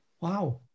Wow